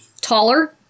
taller